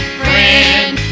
friend